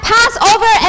Passover